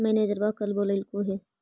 मैनेजरवा कल बोलैलके है?